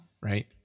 right